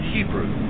Hebrew